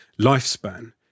lifespan